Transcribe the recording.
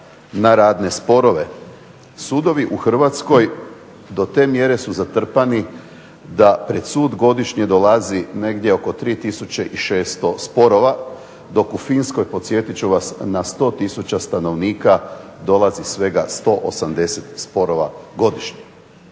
na radne sporove. Sudovi u Hrvatskoj do te mjere su zatrpani da pred sud godišnje dolazi negdje oko 3600 sporova, dok u Finskoj podsjetit ću vas na 100 tisuća stanovnika dolazi svega 180 sporova godišnje.